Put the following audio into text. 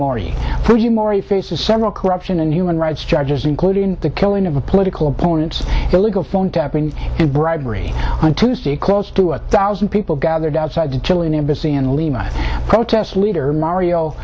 faces several corruption and human rights charges including the killing of a political opponent illegal phone tapping and bribery on tuesday close to a thousand people gathered outside the chilean embassy in lima protest leader mario